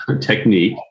technique